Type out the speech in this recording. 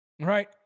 right